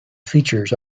features